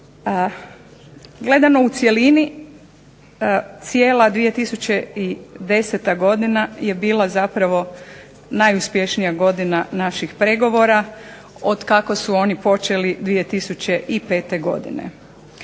Gledano u cjelini, cijela 2010. godina je bila zapravo najuspješnija godina naših pregovora otkako su oni počeli 2005. godine.